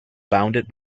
bounded